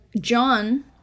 John